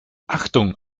achtung